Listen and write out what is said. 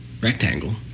rectangle